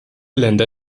länder